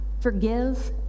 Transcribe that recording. forgive